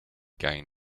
gain